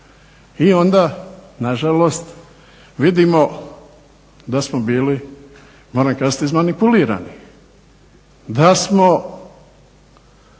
I onda nažalost vidimo da smo bili, moram kazati izmanipulirani, da smo